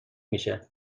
میشه